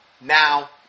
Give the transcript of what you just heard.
now